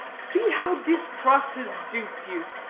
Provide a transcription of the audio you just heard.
see how distrust has duped you.